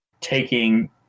taking